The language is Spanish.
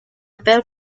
peor